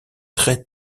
très